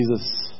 Jesus